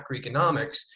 macroeconomics